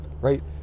right